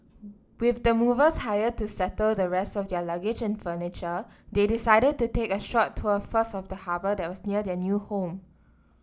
with the movers hired to settle the rest of their luggage and furniture they decided to take a short tour first of the harbour that was near their new home